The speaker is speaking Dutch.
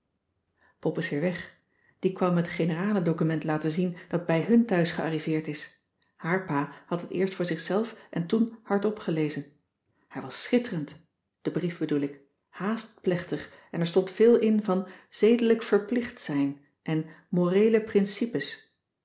pop is weer weg die kwam me t generalen document laten zien dat bij hun thuis gearriveerd is haar pa had het eerst voor zichzelf en toen hardop gelezen hij was schitterend de brief bedoel ik haàst plechtig en er stond veel in van zedelijk verplicht zijn en moreele principes